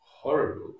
Horrible